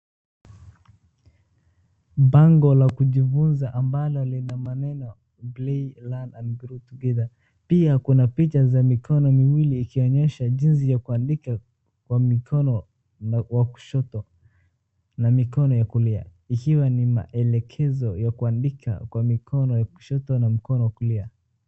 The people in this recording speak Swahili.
Bango la kujifunza ambalo lina maneno play, learn and grow togethor . Pia kuna picha za mikono miwili ikonyesha jinsi ya kuandika kwa mikono wa kushoto na mikono ya kulia ikiwa ni maelekzo ya kuandika kwa mikono ya kushoto na mkono wa kulia.